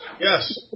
Yes